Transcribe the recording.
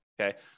okay